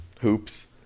hoops